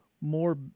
more